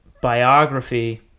biography